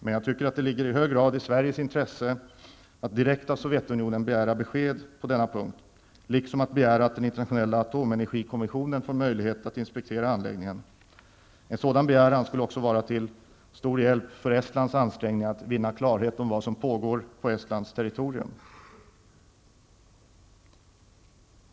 Men det ligger i hög grad i Sveriges intresse att direkt av Sovjetunionen begära besked på denna punkt, liksom att begära att den internationella atomenergikommissionen får möjlighet att inspektera anläggningen. En sådan begäran skulle också vara till stor hjälp för Estlands ansträngningar att vinna klarhet om vad som pågår på Estlands territorium.